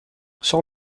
sors